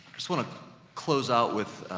just want to close out with,